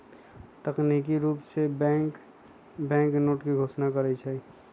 तकनिकी रूप से बैंक बैंकनोट के घोषणा करई छई